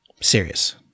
serious